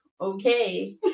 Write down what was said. okay